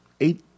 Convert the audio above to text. eight